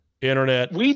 internet